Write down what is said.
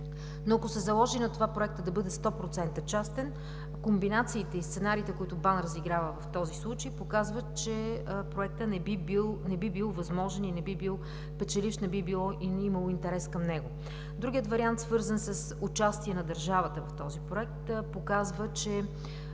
Ако се заложи Проектът да бъде 100% частен, комбинациите и сценариите, които БАН разиграва в този случай, показват, че Проектът не би бил възможен, не би бил печеливш, не би имало интерес към него. Другият вариант, свързан с участие на държавата в този Проект, показва, че